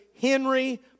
Henry